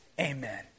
Amen